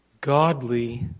godly